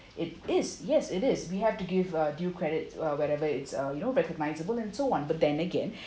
it is yes it is we have to give uh due credit uh wherever it's uh you know recognisable and so on but then again